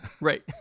right